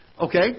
Okay